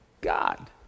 God